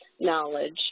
knowledge